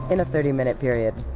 in a thirty minute period